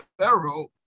Pharaoh